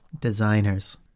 designers